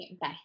Bye